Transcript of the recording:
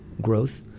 growth